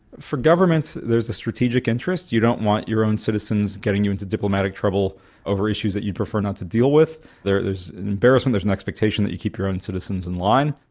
for governments there is a strategic interest. you don't want your own citizens getting you into diplomatic trouble over issues that you'd prefer not to deal with. there's an embarrassment, there's an expectation that you keep your own citizens in line.